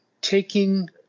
Taking